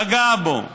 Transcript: פגע בו.